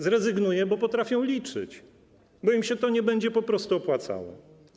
Zrezygnuje, bo ludzie potrafią liczyć, bo im się to nie będzie po prostu opłacało.